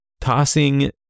tossing